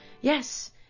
Yes